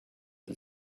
and